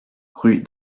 rue